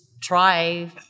try